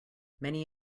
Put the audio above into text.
many